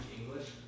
English